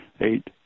eight